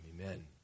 Amen